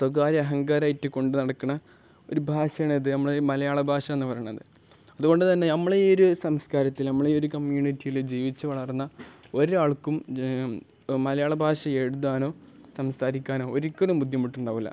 സ്വകാര്യ അഹങ്കാരമായിട്ട് കൊണ്ടു നടക്കുന്ന ഒരു ഭാഷയാണത് നമ്മളുടെ മലയാള ഭാഷ എന്നു പറയുന്നത് അതു കൊണ്ടു തന്നെ നമ്മളുടെ ഈ ഒരു സംസ്കാരത്തിൽ നമ്മളുടെ ഈ ഒരു കമ്മ്യൂണിറ്റിയിൽ ജീവിച്ചു വളർന്ന ഒരാൾക്കും മലയാള ഭാഷ എഴുതാനോ സംസാരിക്കാനോ ഒരിക്കലും ബുദ്ധിമുട്ടുണ്ടാകില്ല